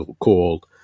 called